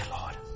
Lord